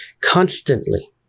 Constantly